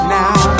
now